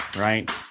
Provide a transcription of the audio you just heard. right